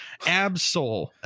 Absol